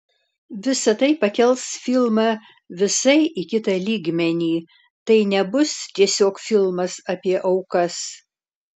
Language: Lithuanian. visa tai pakels filmą visai į kitą lygmenį tai nebus tiesiog filmas apie aukas